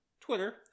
Twitter